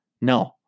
No